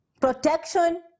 protection